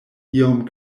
iom